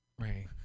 Right